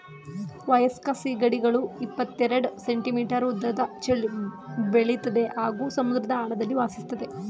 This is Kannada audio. ವಯಸ್ಕ ಸೀಗಡಿಗಳು ಇಪ್ಪತೆರೆಡ್ ಸೆಂಟಿಮೀಟರ್ ಉದ್ದ ಬೆಳಿತದೆ ಹಾಗೂ ಸಮುದ್ರದ ಆಳದಲ್ಲಿ ವಾಸಿಸ್ತದೆ